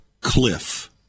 cliff